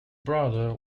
brother